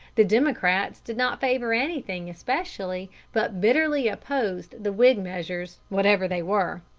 the democrats did not favor anything especially, but bitterly opposed the whig measures, whatever they were.